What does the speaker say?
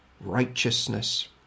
righteousness